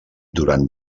durant